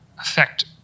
affect